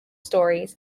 stories